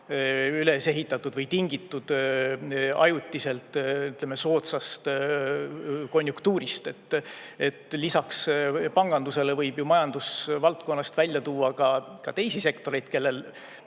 üles ehitatud või tingitud ajutiselt soodsast konjunktuurist. Lisaks pangandusele võib ju majandusvaldkonnast välja tuua ka teisi sektoreid, kellel